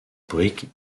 brique